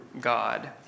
God